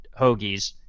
hoagies